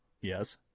Yes